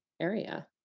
area